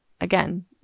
again